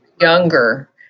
younger